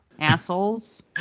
Assholes